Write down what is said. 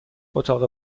اتاق